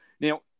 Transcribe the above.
Now